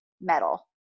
metal